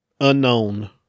unknown